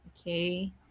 okay